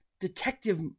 Detective